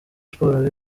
sports